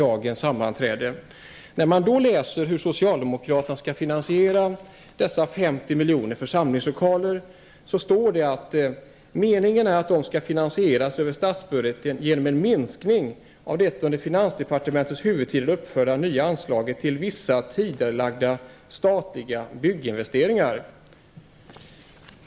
Där kan man läsa att socialdemokraterna skall finansiera dessa 50 Meningen är att de skall finansieras över statsbudgeten genom en minskning av det under finansdepartementets huvudtitel uppförda nya anslaget till vissa tidigarelagda statliga bygginvesteringar.